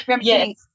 Yes